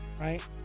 right